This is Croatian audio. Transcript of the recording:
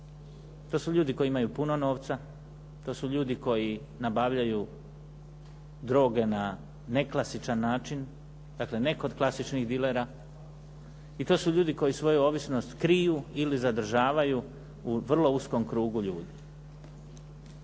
To su ljudi koji imaju puno novca, to su ljudi koji nabavljaju droge na neklasičan način, dakle ne kod klasičnih dilera i to su ljudi koji svoju ovisnost kriju ili zadržavaju u vrlo uskom krugu ljudi.